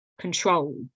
control